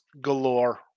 galore